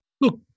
look